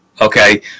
Okay